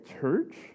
church